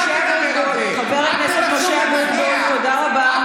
חבר הכנסת משה אבוטבול, תודה רבה.